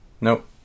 Nope